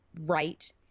right